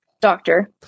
doctor